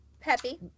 peppy